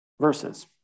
verses